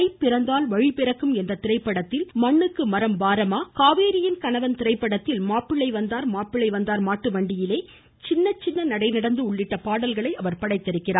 தை பிறந்தால் வழி பிறக்கும் என்ற திரைப்படத்தில் மண்ணுக்கு மரம் பாரமா காவேரியின் கணவன் திரைப்படத்தில் மாப்பிள்ளை வந்தார் மாப்பிள்ளை வந்தார் மாட்டு வண்டியிலே சின்ன சின்ன நடை நடந்து உள்ளிட்ட பாடல்களை அவர் படைத்திருக்கிறார்